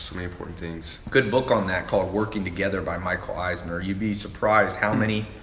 too many important things. good book on that called working together by micheal eisner. you'd be surprised how many,